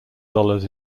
dollars